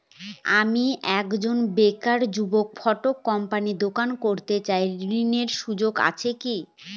আমি একজন বেকার যুবক ফটোকপির দোকান করতে চাই ঋণের সুযোগ আছে কি?